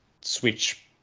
Switch